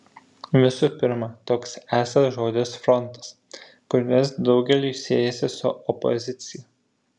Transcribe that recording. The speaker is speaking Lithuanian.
visų pirma toks esąs žodis frontas kuris daugeliui siejasi su opozicija